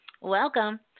Welcome